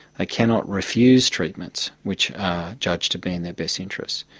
ah cannot refuse treatments which are judged to be in their best interests.